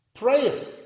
prayer